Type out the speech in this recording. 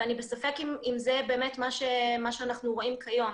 ואני בספק אם זה באמת מה שאנחנו רואים כיום.